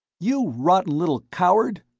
you rotten little coward,